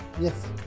Yes